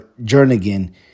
Jernigan